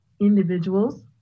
individuals